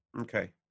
Okay